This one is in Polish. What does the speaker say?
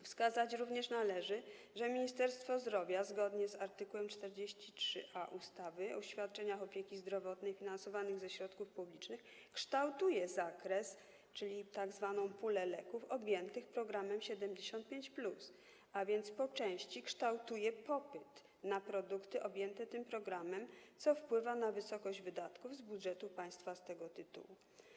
Wskazać również należy, że Ministerstwo Zdrowia zgodnie z art. 43a ustawy o świadczeniach opieki zdrowotnej finansowanych ze środków publicznych kształtuje zakres, czyli tzw. pulę leków objętych programem 75+, a więc po części kształtuje popyt na produkty objęte tym programem, co wpływa na wysokość wydatków z budżetu państwa z tego tytułu.